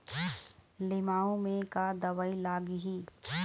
लिमाऊ मे का दवई लागिही?